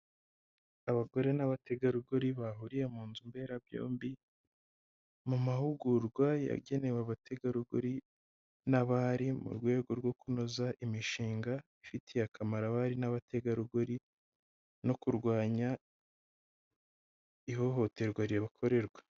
Abagore n'abategarugori bahuriye mu nzu mberabyombi mu mahugurwa yagenewe abategarugori n'abari mu rwego rwo kunoza imishinga ifitiye akamaro abari n'abategarugori no kurwanya ihohoterwa ribakorerwa.